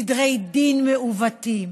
סדרי דין מעוותים,